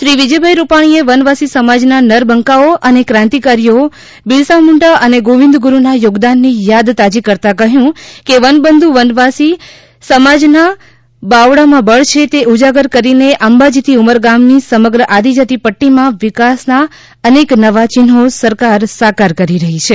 શ્રી વિજયભાઇ રૂપાણીએ વનવાસી સમાજના નરબંકાઓ અને ક્રાંતિકારીઓ બિરસા મૂંડા અને ગોવિંદગુરૂના યોગદાનની યાદ તાજી કરતાં કહ્યું કે વનબંધુ વનવાસી સમાજના બાવડામાં બળ છે તે ઊજાગર કરીને અંબાજીથી ઉમરગામની સમગ્ર આદિજાતિ પદ્દીમાં વિકાસના અનેક નવા ચિન્હો સરકાર સાકાર કરી રહી છે